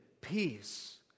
peace